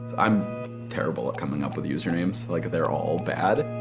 i'm terrible at coming up with usernames like they're all bad.